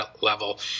level